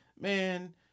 man